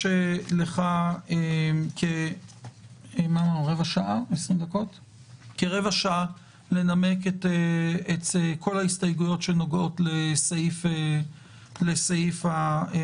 יש לך כרבע שעה לנמק את כל ההסתייגויות שנוגעות לסעיף המטרה.